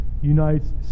unites